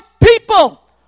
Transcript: people